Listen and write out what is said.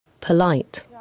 Polite